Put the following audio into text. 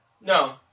No